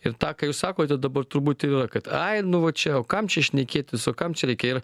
ir tą ką jūs sakote dabar turbūt ir yra kad ai nu va čia o kam čia šnekėtis o kam čia reikia ir